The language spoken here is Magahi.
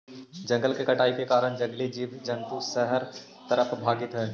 जंगल के कटाई के कारण जंगली जीव जंतु शहर तरफ भागित हइ